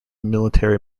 military